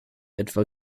etwa